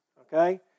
okay